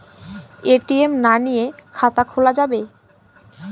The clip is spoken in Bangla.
এ.টি.এম না নিয়ে খাতা খোলা যাবে?